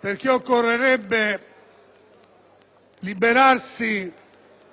perché occorrerebbe liberarsi